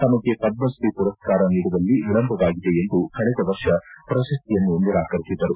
ತಮಗೆ ಪದ್ಧತ್ರೀ ಪುರಸ್ಕಾರ ನೀಡುವಲ್ಲಿ ವಿಳಂಬವಾಗಿದೆ ಎಂದು ಕಳೆದ ವರ್ಷ ಪ್ರಶಸ್ತಿಯನ್ನು ನಿರಾಕರಿಸಿದ್ದರು